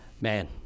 man